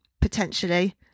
Potentially